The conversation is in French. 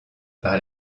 par